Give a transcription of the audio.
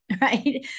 right